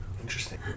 Interesting